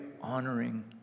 honoring